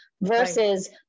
versus